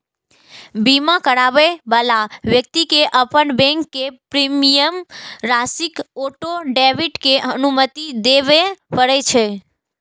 बीमा कराबै बला व्यक्ति कें अपन बैंक कें प्रीमियम राशिक ऑटो डेबिट के अनुमति देबय पड़ै छै